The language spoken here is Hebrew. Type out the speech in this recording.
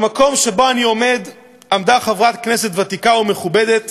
במקום שאני עומד עמדה חברת כנסת ותיקה ומכובדת